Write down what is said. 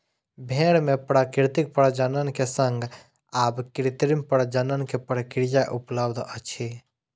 भेड़ मे प्राकृतिक प्रजनन के संग आब कृत्रिम प्रजनन के प्रक्रिया उपलब्ध अछि